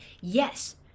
Yes